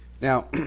now